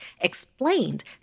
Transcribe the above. explained